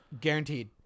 Guaranteed